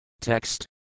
Text